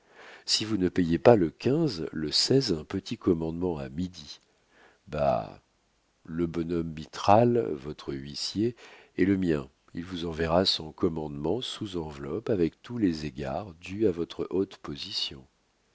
si vous ne payez pas le quinze le seize un petit commandement à midi bah le bonhomme mitral votre huissier est le mien il vous enverra son commandement sous enveloppe avec tous les égards dus à votre haute position